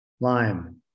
Lime